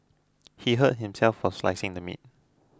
he hurt himself while slicing the meat